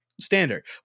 standard